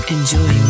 Enjoy